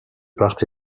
part